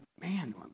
man